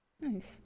Nice